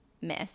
Miss